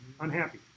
Unhappy